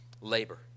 labor